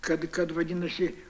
kad kad vadinasi